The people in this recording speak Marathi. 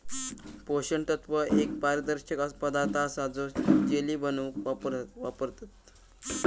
पोषण तत्व एक पारदर्शक पदार्थ असा तो जेली बनवूक वापरतत